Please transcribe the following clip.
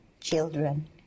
children